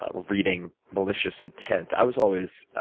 ah reading malicious intent. i was always